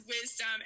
wisdom